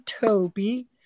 Toby